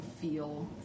feel